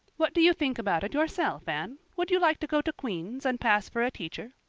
what do you think about it yourself, anne? would you like to go to queen's and pass for a teacher?